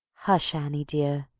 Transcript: hush, annie dear,